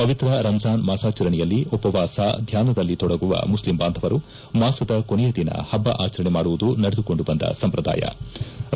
ಪವಿತ್ರ ರಂಜಾನ್ ಮಾಸಾಚರಣೆಯಲ್ಲಿ ಉಪವಾಸ ಧ್ಯಾನದಲ್ಲಿ ತೊಡಗುವ ಮುಸ್ಲಿಂ ಬಾಂಧವರು ಮಾಸದ ಕೊನೆಯ ದಿನ ಹಬ್ಬ ಆಚರಣೆ ಮಾಡುವುದು ನಡೆದುಕೊಂಡು ಬಂದ ಸಂಪ್ರದಾಯವಾಗಿದೆ